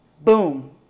boom